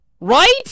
Right